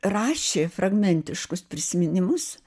rašė fragmentiškus prisiminimus